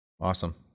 Awesome